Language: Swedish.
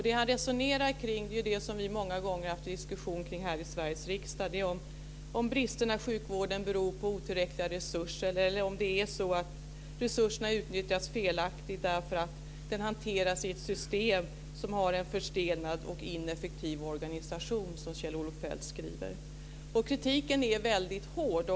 Det han resonerar kring är det som vi många gånger har haft en diskussion omkring här i Sveriges riksdag; om bristerna i sjukvården beror på otillräckliga resurser eller om det är så att "resurserna utnyttjas felaktigt därför att de hanteras i ett system som har en förstelnad och ineffektiv organisation", som Kjell-Olof Feldt skriver. Kritiken är väldigt hård.